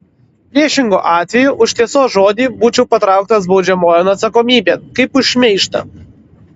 priešingu atveju už tiesos žodį būčiau patrauktas baudžiamojon atsakomybėn kaip už šmeižtą